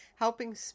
Helping